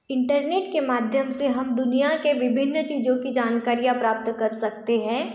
internet के माध्यम से हम दुनिया के विभिन्न चीज़ों की जानकारियाँ प्राप्त कर सकते हैं